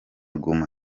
guma